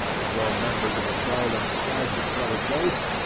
though members of a dull and stagnant-blooded race,